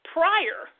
prior